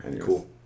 Cool